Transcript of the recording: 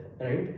right